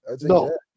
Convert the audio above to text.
No